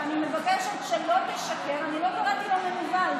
אני מבקשת שלא לשקר, אני לא קראתי לו מנוול.